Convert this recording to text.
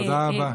תודה רבה.